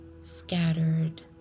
scattered